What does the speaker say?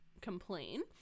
complain